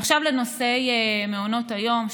ועכשיו לנושא מעונות היום,